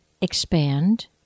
expand